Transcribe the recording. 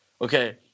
okay